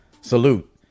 salute